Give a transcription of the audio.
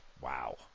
Wow